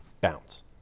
bounce